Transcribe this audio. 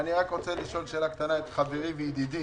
אני רק רוצה לשאול שאלה את חברי וידידי